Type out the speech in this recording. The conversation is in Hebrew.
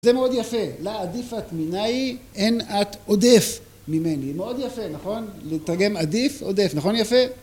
זה מאוד יפה לה עדיף את מיני אין את עודף ממני מאוד יפה נכון לתרגם עדיף עודף נכון יפה